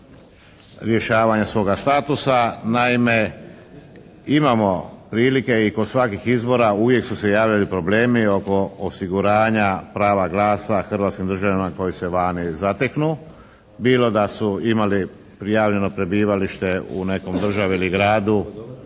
rješavanja svoga statusa. Naime, imamo prilike i kod svakih izbora uvijek su se javili problemi oko osiguranja prava glasa hrvatskim državljanima koji se vani zateknu bilo da su imali prijavljeno prebivalište u nekom od države ili gradu